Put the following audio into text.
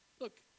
Look